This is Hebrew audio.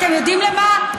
אתם יודעים למה?